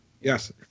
Yes